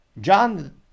John